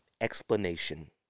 explanation